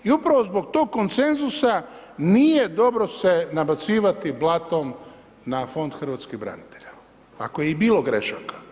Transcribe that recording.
I upravo zbog tog konsenzusa nije dobro se nabacivati blatom na Fond hrvatskih branitelja, ako je i bilo grešaka.